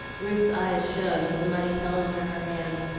ruth's eyes shone as the money fell into her hand,